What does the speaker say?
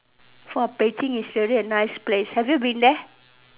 for baking it's really is a nice place have you been there